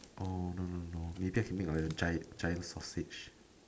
oh no no no we just make our giant sausage